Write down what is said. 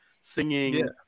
singing